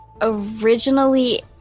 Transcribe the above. originally